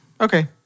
Okay